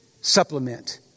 supplement